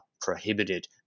prohibited